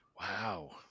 wow